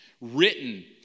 written